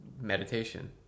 meditation